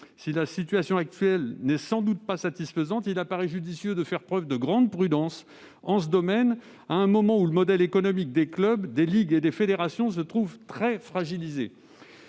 Si la situation actuelle n'est sans doute pas satisfaisante, il paraît judicieux de faire preuve de grande prudence en ce domaine, à un moment où le modèle économique des clubs, des ligues et des fédérations se trouve très fragilisé.